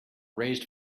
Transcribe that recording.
raised